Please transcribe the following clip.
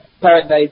Paradise